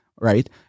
right